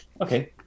Okay